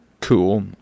cool